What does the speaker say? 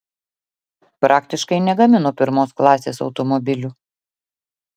praktiškai negamino pirmos klasės automobilių